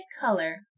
color